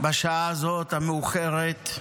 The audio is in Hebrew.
בשעה הזאת, המאוחרת.